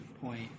point